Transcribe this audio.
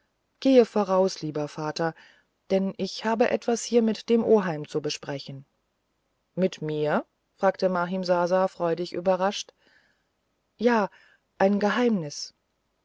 gehe voraus lieber vater denn ich habe etwas hier mit dem oheim zu besprechen mit mir fragte mahimsasa freudig überrascht ja ein geheimnis